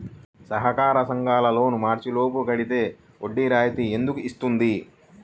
సహకార సంఘాల లోన్ మార్చి లోపు కట్టితే వడ్డీ రాయితీ ఎందుకు ఇస్తుంది?